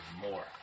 more